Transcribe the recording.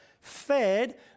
Fed